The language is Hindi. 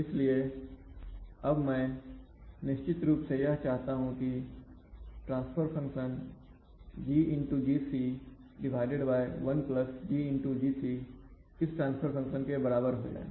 इसलिए अब मैं निश्चित रूप से यह चाहता हूं कि यह ट्रांसफर फंक्शन GGc 1GGc इस ट्रांसफर फंक्शन के बराबर हो जाए